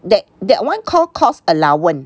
that that one called course allowance